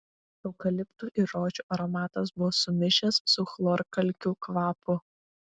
eukaliptų ir rožių aromatas buvo sumišęs su chlorkalkių kvapu